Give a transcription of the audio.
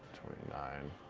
twenty nine.